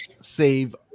save